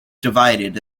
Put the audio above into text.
divided